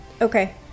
Okay